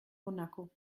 monaco